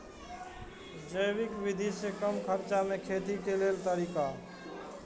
जैविक विधि से कम खर्चा में खेती के लेल तरीका?